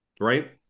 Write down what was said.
Right